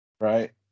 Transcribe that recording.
right